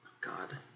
god